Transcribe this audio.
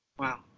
Wow